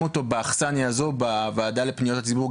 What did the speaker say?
אותו באכסניה הזו בוועדה לפניות הציבור.